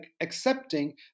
accepting